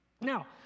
Now